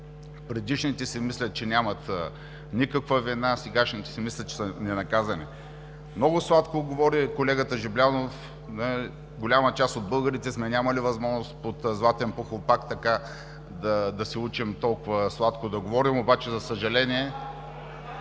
Предишните си мислят, че нямат никаква вина, сегашните си мислят, че са ненаказуеми. Много сладко говори колегата Жаблянов – голяма част от българите сме нямали възможност под „златен похлупак“ да се учим толкова сладко да говорим, обаче за съжаление